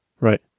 Right